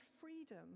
freedom